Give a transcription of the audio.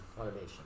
Automation